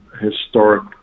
historic